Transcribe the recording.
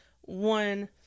One